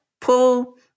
pull